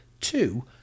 two